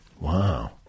Wow